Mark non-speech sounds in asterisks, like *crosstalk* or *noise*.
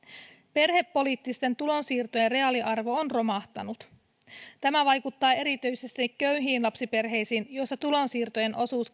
perhepoliittisten tulonsiirtojen reaaliarvo on romahtanut tämä vaikuttaa erityisesti köyhiin lapsiperheisiin joissa tulonsiirtojen osuus *unintelligible*